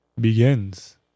begins